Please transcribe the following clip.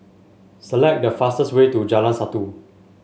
select the fastest way to Jalan Satu